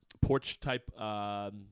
porch-type